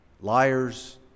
liars